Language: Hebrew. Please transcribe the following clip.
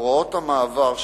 הוראות המעבר,